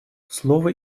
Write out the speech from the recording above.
слово